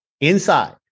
inside